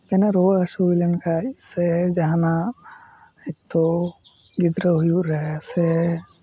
ᱤᱱᱟᱹ ᱨᱩᱣᱟᱹ ᱦᱟᱥᱩ ᱞᱮᱱ ᱠᱷᱟᱡ ᱥᱮ ᱡᱟᱦᱟᱸᱱᱟᱜ ᱦᱳᱭᱛᱳ ᱜᱤᱫᱽᱨᱟᱹ ᱦᱩᱭᱩᱜ ᱨᱮ ᱥᱮ